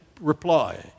reply